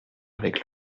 avec